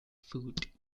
food